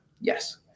Yes